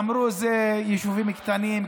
אמרו: אלה יישובים קטנים,